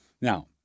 Now